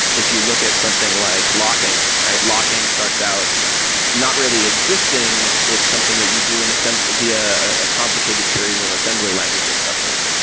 if you look at something like locking, locking starts out not really existing. it's something that you do and via a complicated series of assembly language instructions.